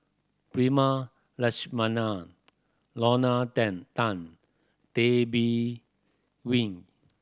Prema Letchumanan Lorna Tan Tay Bin Wee